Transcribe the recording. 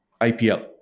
IPL